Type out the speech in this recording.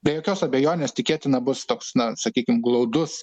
be jokios abejonės tikėtina bus toks na sakykim glaudus